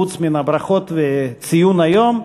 חוץ מן הברכות וציון היום,